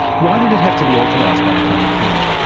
why did it have to be authorised by the family court?